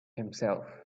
himself